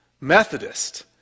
Methodist